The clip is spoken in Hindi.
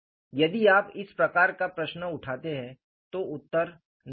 यदि आप इस प्रकार का प्रश्न उठाते हैं तो उत्तर नहीं है